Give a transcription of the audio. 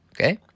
Okay